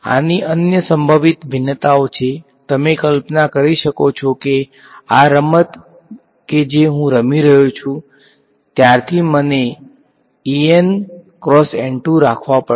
આની અન્ય સંભવિત ભિન્નતાઓ છે તમે કલ્પના કરી શકો છો કે આ રમત કે જે હું રમી રહ્યો છું ત્યારથી મને en અને ક્રોસ E2 રાખવા પડશે